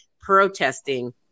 protesting